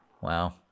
Wow